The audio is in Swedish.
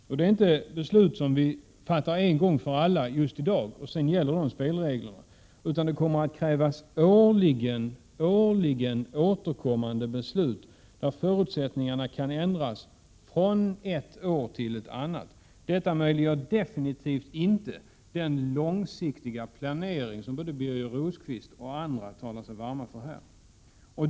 Det handlar inte om ett beslut som vi fattar en gång för alla i dag, så att spelreglerna gäller därefter, utan det kommer att krävas årligen återkommande beslut, där förutsättningarna kan ändras från ett år till ett annat. Det möjliggör definitivt inte den långsiktiga planering som både Birger Rosqvist och andra talar sig varma för i dag.